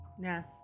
Yes